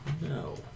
No